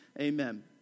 amen